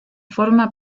forma